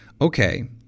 Okay